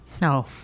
No